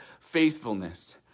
faithfulness